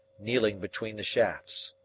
kneeling between the shafts.